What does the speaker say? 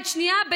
ביד שנייה,